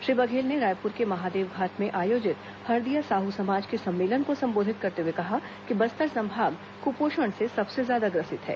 श्री बघेल ने रायपुर के महादेवघाट में आयोजित हरदिया साहू समाज के सम्मेलन को संबोधित करते हुए कहा कि बस्तर संभाग कुपोषण से सबसे ज्यादा ग्रसित है